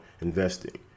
investing